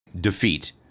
defeat